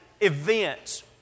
events